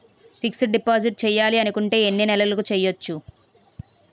Fixed deposit చేయాలి అనుకుంటే ఎన్నే నెలలకు చేయొచ్చు?